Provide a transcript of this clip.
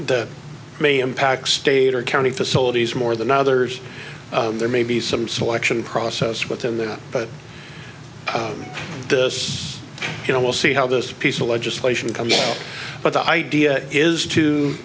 that may impact state or county facilities more than others there may be some selection process within that but this you know we'll see how this piece of legislation comes but the idea is to